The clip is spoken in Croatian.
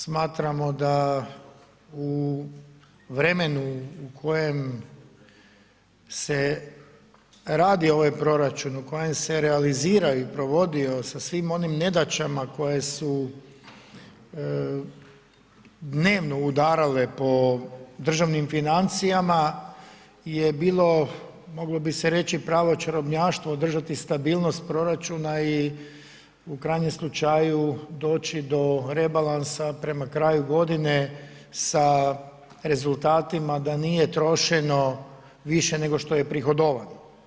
Smatramo da u vremenu u kojem se radi ovaj proračun, u kojem se realizira i provodi sa svim onim nedaćama koje su dnevno udarale po državnim financijama je bilo, moglo bi se reći pravo čarobnjaštvo održati stabilnost proračuna i u krajnjem slučaju doći do rebalansa prema kraju godine sa rezultatima da nije trošeno više nego što je prihodovano.